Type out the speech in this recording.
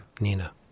Nina